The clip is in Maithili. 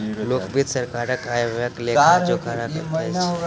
लोक वित्त सरकारक आय व्ययक लेखा जोखा रखैत अछि